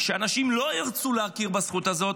שאנשים לא ירצו להכיר בזכות הזאת,